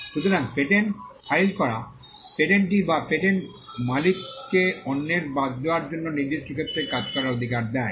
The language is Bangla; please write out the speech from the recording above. সুতরাং পেটেন্ট ফাইল করা পেটেন্টি বা পেটেন্ট মালিককে অন্যের বাদ দেওয়ার জন্য নির্দিষ্ট ক্ষেত্রে কাজ করার অধিকার দেয়